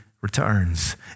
returns